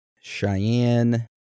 Cheyenne